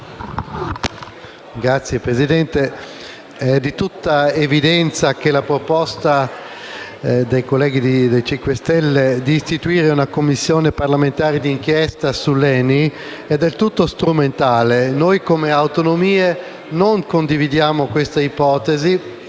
Signor Presidente, è di tutta evidenza che la proposta dei colleghi del Movimento 5 Stelle di istituire una Commissione parlamentare di inchiesta sull'ENI è del tutto strumentale. Noi, come Gruppo Autonomie, non condividiamo l'ipotesi